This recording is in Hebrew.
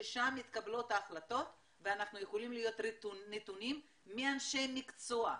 ששם מתקבלות ההחלטות ואנחנו יכולים לקבל נתונים מאנשי מקצוע.